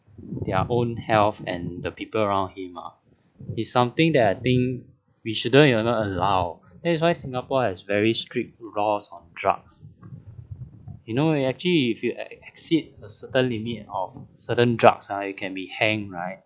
their own health and the people around him ah it's something that I think we shouldn't even allow that's why singapore has very strict laws on drugs you know it actually if you exceed a certain limit of a certain drugs you can be hang right